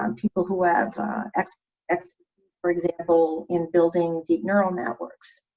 um people who have experts for example in building deep neural networks.